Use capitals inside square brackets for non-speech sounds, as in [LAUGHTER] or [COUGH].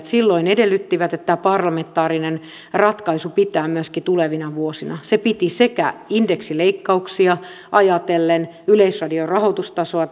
[UNINTELLIGIBLE] silloin edellyttivät että tämä parlamentaarinen ratkaisu pitää myöskin tulevina vuosina se piti sekä indeksileikkauksia ajatellen yleisradion rahoitustasoa [UNINTELLIGIBLE]